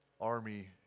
army